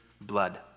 blood